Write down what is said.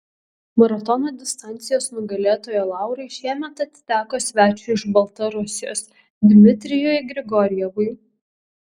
maratono distancijos nugalėtojo laurai šiemet atiteko svečiui iš baltarusijos dmitrijui grigorjevui